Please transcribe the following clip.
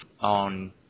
on